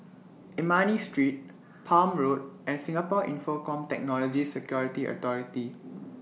Ernani Street Palm Road and Singapore Infocomm Technology Security Authority